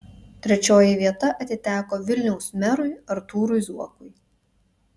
trečioji vieta atiteko vilniaus merui artūrui zuokui